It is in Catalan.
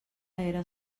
era